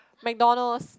McDonald's